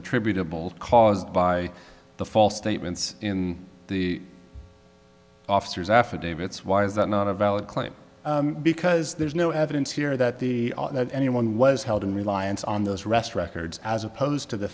attributable caused by the false statements in the officers affidavits why is that not a valid claim because there's no evidence here that the that anyone was held in reliance on those arrest records as opposed t